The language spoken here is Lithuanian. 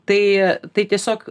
tai tai tiesiog